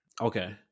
Okay